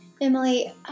Emily